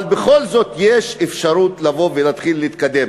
אבל בכל זאת יש אפשרות לבוא ולהתחיל להתקדם.